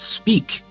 speak